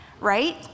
right